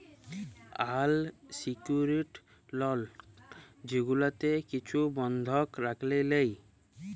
আল secured লল যেগুলাতে কিছু বল্ধক রাইখে লেই